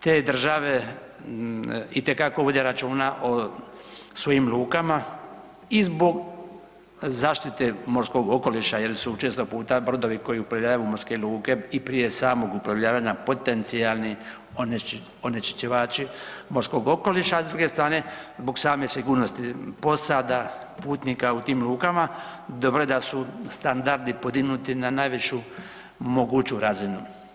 Te države itekako vode računa o svojim lukama i zbog zaštite morskog okoliša jer su često puta brodovi koji upravljaju morske luke i prije samog uplovljavanja potencijalni onečišćivači morskog okoliša a s druge strane zbog same sigurnosti posada putnika u tim lukama dobro je da su standardi podignuti na najvišu moguću razinu.